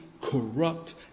corrupt